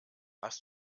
hast